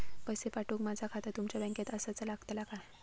पैसे पाठुक माझा खाता तुमच्या बँकेत आसाचा लागताला काय?